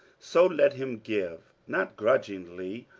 so let him give not grudgingly,